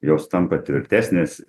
jos tampa tvirtesnės